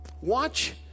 Watch